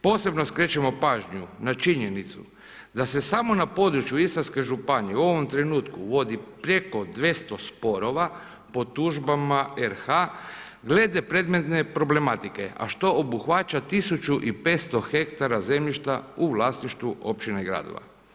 Posebno skrećemo pažnju na činjenicu da se samo na području Istarske županije u ovom trenutku vodi preko 200 sporova po tužbama RH glede predmetne problematike a što obuhvaća 1500 hektara zemljišta u vlasništvu općine i gradova.